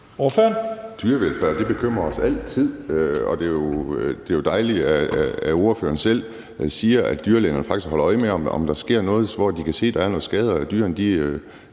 (NB): Dyrevelfærd bekymrer os altid, og det er jo dejligt, at ordføreren selv siger, at dyrlægerne faktisk holder øje med, om der sker noget, så de kan se, om der sker skader på dyrene,